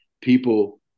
people